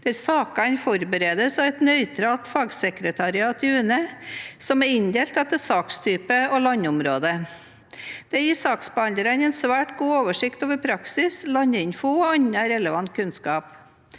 hvor sakene forberedes av et nøytralt fagsekretariat i UNE som er inndelt etter sakstyper og landområder. Dette gir saksbehandlerne svært god oversikt over praksis, landinformasjon og annen relevant kunnskap.